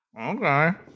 Okay